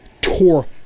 tore